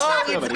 עכשיו נמנעת.